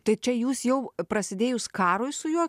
tai čia jūs jau prasidėjus karui su juo